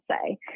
say